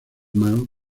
mann